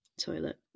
toilet